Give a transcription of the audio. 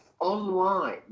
Online